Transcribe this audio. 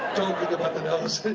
don't think about the nose.